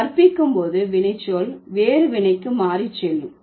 மேலும் கற்பிக்கும் போது வினைச்சொல் வேறு வினைக்கு மாறிச் செல்லும்